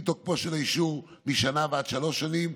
אם תוקפו של האישור משנה ועד שלוש שנים,